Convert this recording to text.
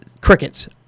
crickets